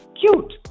Cute